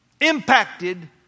impacted